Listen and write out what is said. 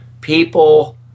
People